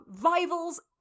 rivals